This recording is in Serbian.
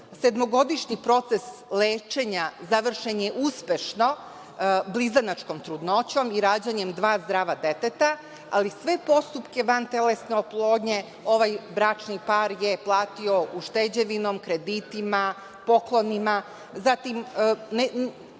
Sedmogodišnji proces lečenja završen je uspešno blizanačkom trudnoćom i rađanjem dva zdrava deteta, ali sve postupke vantelesne oplodnje ovaj bračni par je platio ušteđevinom, kreditima, poklonima. Zatim,